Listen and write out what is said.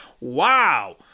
Wow